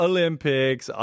Olympics